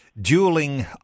dueling